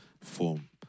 form